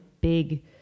big